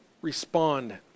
respond